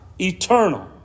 eternal